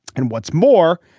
and what's more,